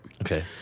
Okay